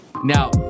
Now